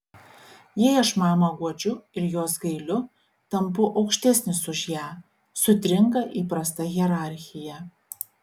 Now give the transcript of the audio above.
jei aš mamą guodžiu ir jos gailiu tampu aukštesnis už ją sutrinka įprasta hierarchija